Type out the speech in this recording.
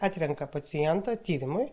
atrenka pacientą tyrimui